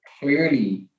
clearly